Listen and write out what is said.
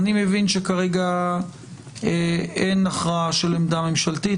אני מבין שכרגע אין הכרעה של עמדה ממשלתית,